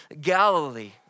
Galilee